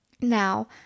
Now